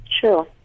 sure